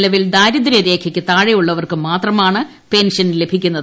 നിലവിൽ ദാരിദ്ര്യരേഖയ്ക്ക് താഴെയുള്ളവർക്ക് മാത്രമാണ് പെൻഷൻ ലഭിക്കുന്നത്